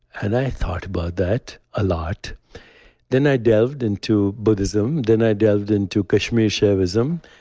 and i thought about that a lot then i delved into buddhism. then i delved into kashmir shaivism.